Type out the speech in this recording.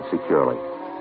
securely